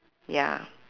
ya